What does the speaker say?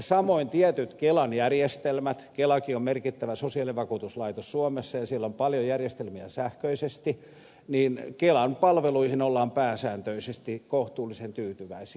samoin kelan palveluihin kelakin on merkittävä sosiaalivakuutuslaitos suomessa ja siellä on paljon järjestelmiä sähköisesti ollaan pääsääntöisesti kohtuullisen tyytyväisiä